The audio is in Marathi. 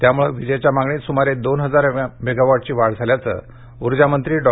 त्यामुळे विजेच्या मागणीत स्मारे दोन हजार मेगावॅटची वाढ झाल्याचं ऊर्जामंत्री डॉ